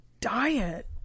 diet